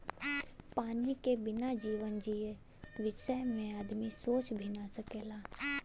पानी के बिना जीवन जिए बिसय में आदमी सोच भी न सकेला